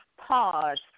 Pause